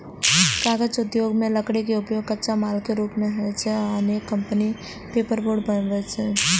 कागज उद्योग मे लकड़ी के उपयोग कच्चा माल के रूप मे होइ छै आ अनेक कंपनी पेपरबोर्ड बनबै छै